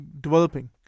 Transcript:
developing